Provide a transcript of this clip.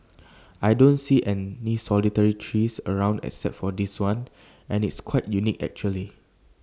I don't see any solitary trees around except for this one and it's quite unique actually